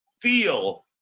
feel